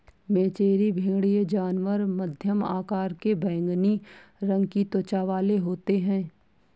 मेचेरी भेड़ ये जानवर मध्यम आकार के बैंगनी रंग की त्वचा वाले होते हैं